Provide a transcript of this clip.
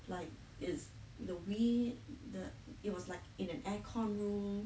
like is the we the it was like in an aircon room